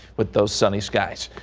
but those sunny skies.